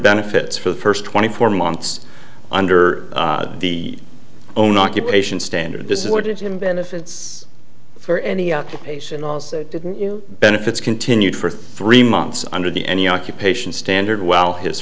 benefits for the first twenty four months under the own occupation standard disordered him benefits for any occupation also didn't you benefits continued for three months under the any occupation standard while his